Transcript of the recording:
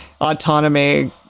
autonomy